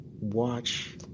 watch